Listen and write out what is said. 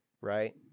right